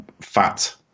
fat